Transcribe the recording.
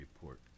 report